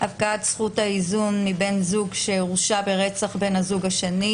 הפקעת זכות האיזון מבן זוג שהורשע ברצח בן הזוג השני),